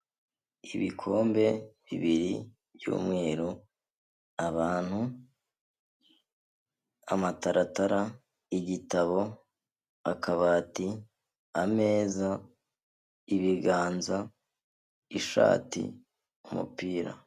Ibikombe bibiri by'umweru, abantu, amataratara, igitabo, akabati, ameza, ibiganza, ishati, umupira.